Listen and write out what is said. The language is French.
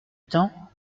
temps